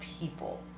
people